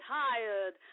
tired